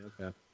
okay